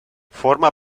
forma